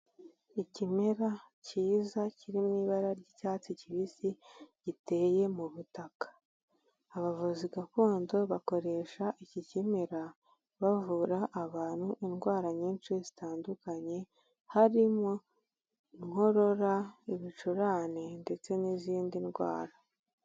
Ikimera cyiza kiri mu ibara ry'icyatsi kibisi giteye mu butaka, abavuzi gakondo bakoresha iki kimera bavura abantu indwara nyinshi zitandukanye harimo: inkorora, ibicurane ndetse n'izindi ndwara.